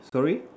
sorry